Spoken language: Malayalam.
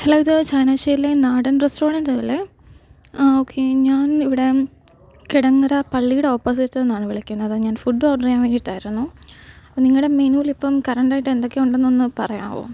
ഹലോ ഇത് ചങ്ങനാശ്ശേരിയിലെ നാടൻ റസ്റ്റോറൻറ്റല്ലേ ആ ഓക്കേ ഞാൻ ഇവിടേ കിടങ്ങറ പള്ളിയുടെ ഓപ്പോസിറ്റിൽനിന്നാണ് വിളിക്കുന്നത് ഞാൻ ഫുഡ് ഓഡ്രയ്യാൻ വേണ്ടിയിട്ടായിരുന്നു നിങ്ങളുടെ മെനുവിലിപ്പോള് കറൻറ്റായിട്ട് എന്തൊക്കെയുണ്ടെന്ന് ഒന്നു പറയാമോ